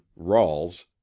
Rawls